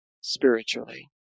spiritually